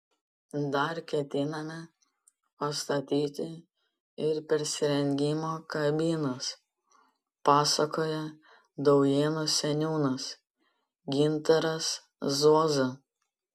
dar ketiname pastatyti ir persirengimo kabinas pasakoja daujėnų seniūnas gintaras zuoza